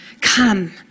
Come